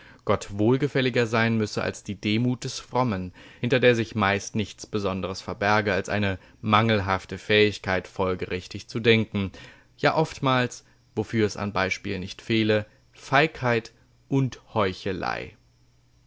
gott wohlgefälliger sein müsse als die demut des frommen hinter der sich meist nichts andres verberge als eine mangelhafte fähigkeit folgerichtig zu denken ja oftmals wofür es an beispielen nicht fehle feigheit und heuchelei